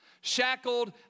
shackled